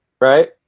right